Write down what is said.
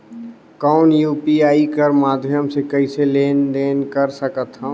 कौन यू.पी.आई कर माध्यम से कइसे लेन देन कर सकथव?